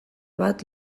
bat